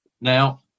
Now